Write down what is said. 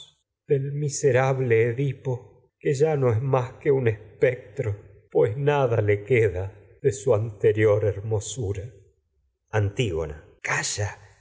del miserable edipo que ya no es más que un es pectro pues nada le queda de su anterior hermosura antígona dónde estás calla